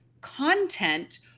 content